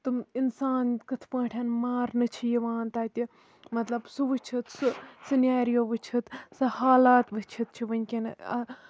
تٔمۍ اِنسان کِتھ پٲٹھۍ مارنہٕ چھِ یِوان تَتہِ مطلب سُہ وٕچھِتھ سُہ سِنیریو وٕچھِتھ سُہ حالات وٕچھِتھ چھُ وٕنکیٚن